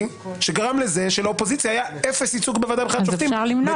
שגרם לזה שלאופוזיציה היה אפס ייצוג בוועדה לבחירת שופטים,